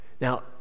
Now